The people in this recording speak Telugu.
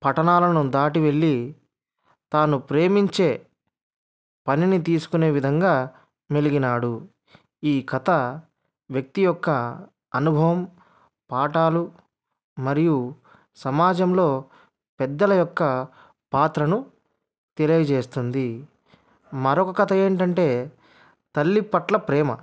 పట్టణాలను దాటి వెళ్లి తాను ప్రేమించే పనిని తీసుకునే విధంగా మెలిగినాడు ఈ కథ వ్యక్తి యొక్క అనుభవం పాఠాలు మరియు సమాజంలో పెద్దల యొక్క పాత్రను తెలియజేస్తుంది మరొక కథ ఏమిటి అంటే తల్లి పట్ల ప్రేమ